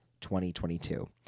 2022